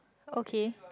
okay